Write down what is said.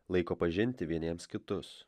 laiko pažinti vieniems kitus